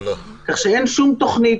שלום לכולם,